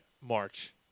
March